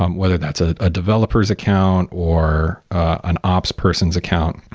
um whether that's a ah developer's account, or an ops person's account.